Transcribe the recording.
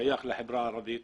שייך לחברה הערבית